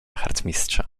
harcmistrza